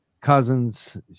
cousin's